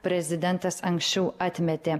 prezidentas anksčiau atmetė